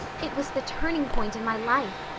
it was the turning point in my life.